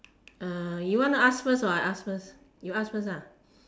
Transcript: uh you wanna ask first or I ask first you ask first ah